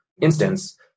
instance